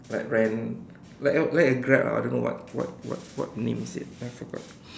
like rent like a like a Grab ah I don't know what what what name it is I forgot